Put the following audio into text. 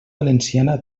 valenciana